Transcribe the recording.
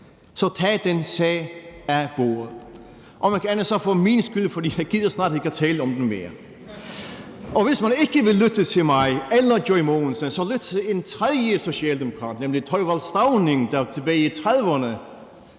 Så tag nu den sag af bordet, om ikke andet så for min skyld, for jeg gider snart ikke tale om den mere. Og hvis man ikke vil lytte til mig eller til Joy Mogensen, så lyt til en tredje socialdemokrat, nemlig Thorvald Stauning, der tilbage i 1930’erne,